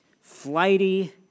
flighty